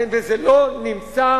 וזה לא נמצא